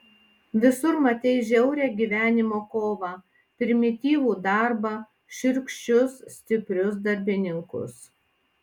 visur matei žiaurią gyvenimo kovą primityvų darbą šiurkščius stiprius darbininkus